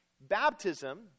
Baptism